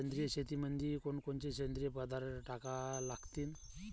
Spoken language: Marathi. सेंद्रिय शेतीमंदी कोनकोनचे सेंद्रिय पदार्थ टाका लागतीन?